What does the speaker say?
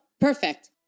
perfect